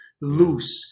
loose